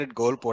goal